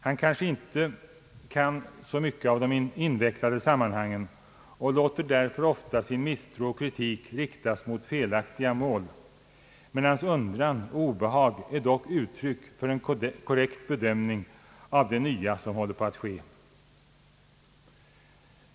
Han kanske inte kan så mycket av de invecklade sammanhangen och låter därför ofta sin misstro och kritik riktas mot felaktiga mål, men hans undran och obehag är dock uttryck för en korrekt bedömning av det nya som håller på att ske.